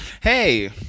Hey